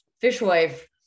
Fishwife